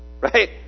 Right